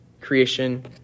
creation